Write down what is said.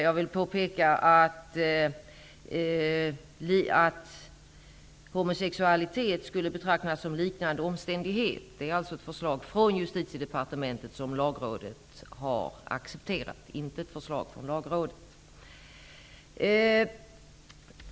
Jag vill påpeka när det gäller detta med att homosexualitet skulle betraktas som liknande omständighet att det rör sig om ett förslag från Justitiedepartementet som Lagrådet har accepterat. Det är alltså inte ett förslag från Lagrådet.